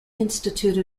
institute